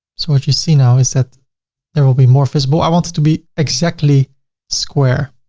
so what you see now is that they will be more visible. i want it to be exactly square.